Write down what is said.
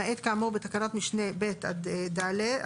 למעט כאמור בתקנת משנה (ב) עד (ה),